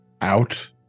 out